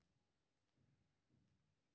खाद और उर्वरक ककरा कहे छः?